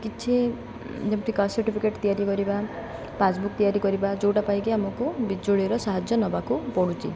କିଛି ଯେମିତି caste certificate ତିଆରି କରିବା ପାସ୍ବୁକ୍ ତିଆରି କରିବା ଯେଉଁଟା ପାଇଁକି ଆମକୁ ବିଜୁଳିର ସାହାଯ୍ୟ ନବାକୁ ପଡ଼ୁଛି